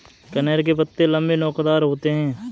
कनेर के पत्ते लम्बे, नोकदार होते हैं